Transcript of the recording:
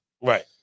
Right